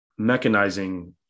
mechanizing